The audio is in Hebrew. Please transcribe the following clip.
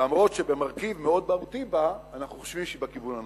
אף שבמרכיב מאוד מהותי בה אנחנו חושבים שהיא בכיוון הנכון.